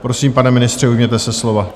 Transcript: Prosím, pane ministře, ujměte se slova.